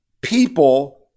people